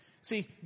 See